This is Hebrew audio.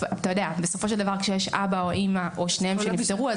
בסופו של דבר כשיש אבא או אימא או שניהם שנפטרו,